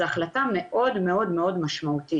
זו החלטה מאוד מאוד משמעותית.